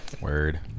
Word